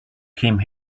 came